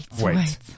wait